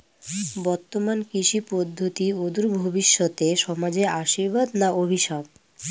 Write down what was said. বর্তমান কৃষি পদ্ধতি অদূর ভবিষ্যতে সমাজে আশীর্বাদ না অভিশাপ?